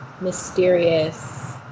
mysterious